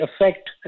affect